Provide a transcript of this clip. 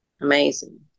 Amazing